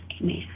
Amen